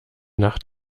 nacht